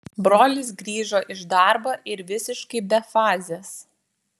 brolis grįžo iš darbo ir visiškai be fazės